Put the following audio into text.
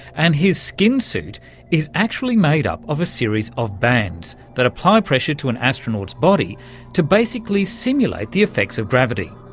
and his skin-suit is actually made up of a series of bands that apply pressure to an astronaut's body to basically simulate the effects of gravity.